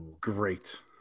great